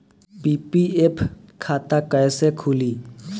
PPF खाता कैसे खुली?